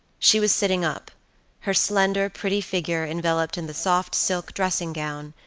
she was sitting up her slender pretty figure enveloped in the soft silk dressing gown,